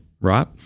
right